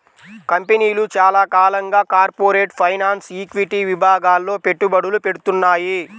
కంపెనీలు చాలా కాలంగా కార్పొరేట్ ఫైనాన్స్, ఈక్విటీ విభాగాల్లో పెట్టుబడులు పెడ్తున్నాయి